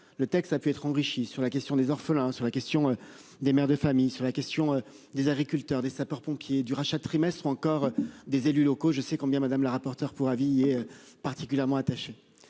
Le texte a pu être enrichi sur la question des orphelins sur la question des mères de famille sur la question des agriculteurs des sapeurs-pompiers du rachat de trimestres encore des élus locaux. Je sais combien madame la rapporteure pour avis est particulièrement attaché.